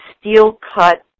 steel-cut